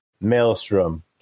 Maelstrom